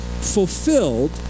fulfilled